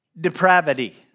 depravity